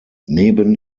neben